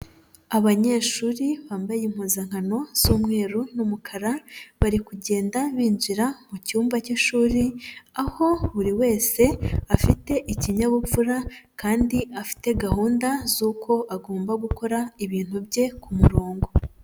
Abanyeshuri bambaye impuzankano z'umweru n'umukara bari kugenda binjira mu cyumba cy'ishuri aho buri wese afite ikinyabupfura kandi afite gahunda z'uko agomba gukora ibintu bye ku murongo.